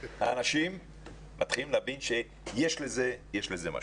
האנשים מתחילים להבין שיש לזה משמעות.